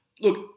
look